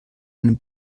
einem